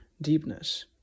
deepness